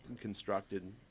constructed